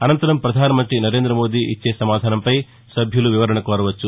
అనంతరం ప్రధానమంత్రి నరేందమోదీ ఇచ్చే సమాధానంపై సభ్యులు వివరణ కోరవచ్చు